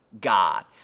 God